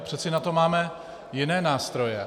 Přece na to máme jiné nástroje.